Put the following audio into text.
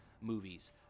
movies